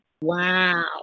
Wow